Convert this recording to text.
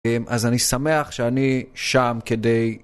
אז אני שמח שאני שם כדי.